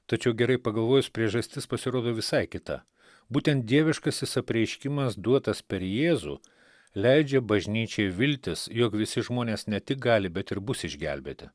tačiau gerai pagalvojus priežastis pasirodo visai kita būtent dieviškasis apreiškimas duotas per jėzų leidžia bažnyčiai viltis jog visi žmonės ne tik gali bet ir bus išgelbėti